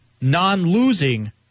non-losing